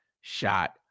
Shot